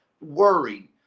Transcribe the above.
worry